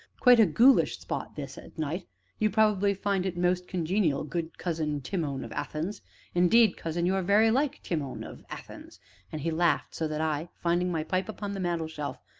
quite a ghoulish spot this, at night you probably find it most congenial, good cousin timon of athens indeed, cousin, you are very like timon of athens and he laughed so that i, finding my pipe upon the mantelshelf,